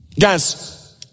Guys